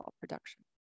production